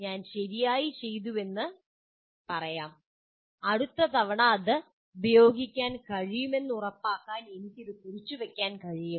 ഞാൻ ശരിയായി ചെയ്തുവെന്ന് നമുക്ക് പറയാം അടുത്ത തവണ അത് ഉപയോഗിക്കാൻ കഴിയുമെന്ന് ഉറപ്പാക്കാൻ എനിക്ക് ഇത് കുറിച്ചുവയ്ക്കാൻ കഴിയുമോ